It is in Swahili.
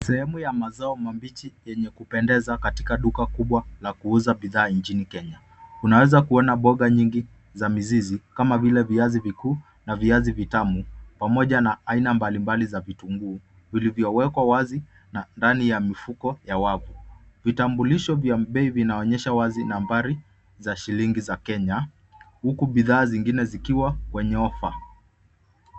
Sehemu ya mazao mabichi yenye kupendeza katika duka kubwa la kuuza bidhaa nchini Kenya. Tunaweza kuona mboga nyingi za mizizi kama vile viazi vikuu na viazi vitamu pamoja na aina mbalimbali za vitunguu vilivyowekwa wazi na ndani ya mifuko ya wavu. Vitambulisho vya bei vinaonyesha wazi nambari za shilingi za Kenya huku bidhaa zingine zikiwa kwenye offer .